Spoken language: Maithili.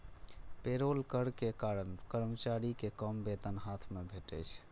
पेरोल कर के कारण कर्मचारी कें कम वेतन हाथ मे भेटै छै